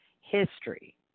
history